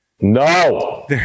No